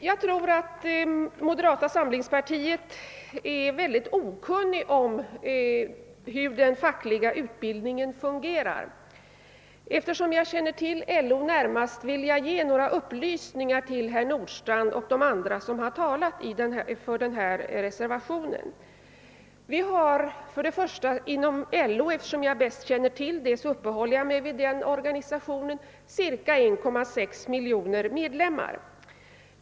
Jag tror att moderata samlingspartiet är mycket okunnigt om hur den fackliga utbildningen fungerar. Eftersom jag känner till LO närmast vill jag ge några upplysningar till herr Nordstrandh och de andra som talat för denna reservation. Vi har inom LO cirka 1,6 miljoner medlemmar.